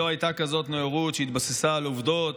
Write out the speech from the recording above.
היה הייתה כזאת נאורות שהתבססה על עובדות,